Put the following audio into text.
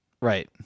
Right